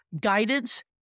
guidance